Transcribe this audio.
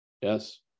yes